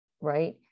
right